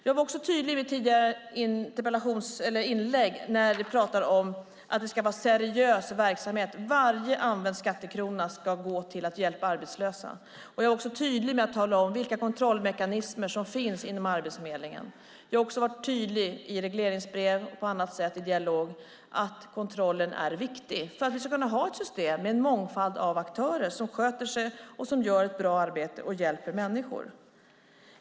Jag var också tydlig i mitt tidigare inlägg när vi talade om att det ska vara seriös verksamhet. Varje använd skattekrona ska gå till att hjälpa arbetslösa. Jag är också tydlig med att tala om vilka kontrollmekanismer som finns inom Arbetsförmedlingen. Jag har också varit tydlig i regleringsbrev och på annat sätt med att kontrollen är viktig för att vi ska kunna ha ett system med en mångfald av aktörer som sköter sig, gör ett bra arbete och hjälper människor.